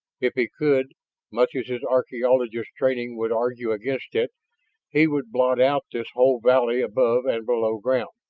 if he could much as his archaeologist's training would argue against it he would blot out this whole valley above and below ground.